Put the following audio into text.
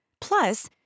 Plus